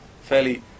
fairly